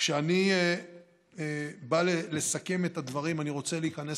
כשאני בא לסכם את הדברים אני רוצה להיכנס